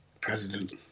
president